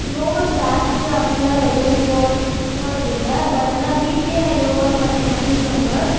யோகா கிளாஸ்க்கு அப்படின்லாம் நான் எதுவும் போய் போனதில்லை பட் ஆனால் வீட்லையே நான் யோகா பண்ண ப்ராக்டிஸ் பண்ணுவேன்